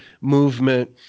movement